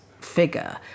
figure